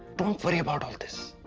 worry about all this.